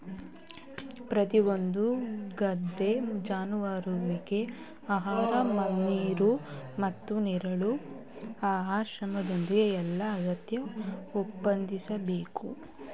ಪ್ರತಿಯೊಂದು ಗದ್ದೆ ಜಾನುವಾರುವಿಗೆ ಆಹಾರ ನೀರು ಮತ್ತು ನೆರಳು ಆಶ್ರಯದಂತ ಎಲ್ಲಾ ಅಗತ್ಯ ಒದಗಿಸ್ಬೇಕು